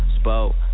spoke